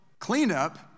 Cleanup